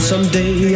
Someday